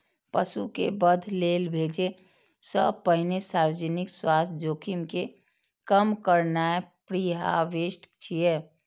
पशु कें वध लेल भेजै सं पहिने सार्वजनिक स्वास्थ्य जोखिम कें कम करनाय प्रीहार्वेस्ट छियै